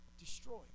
Destroy